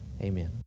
Amen